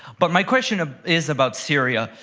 but my question is about syria,